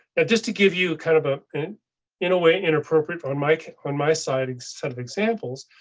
ah just to give you kind of ah in in a way inappropriate on my on my side set of examples.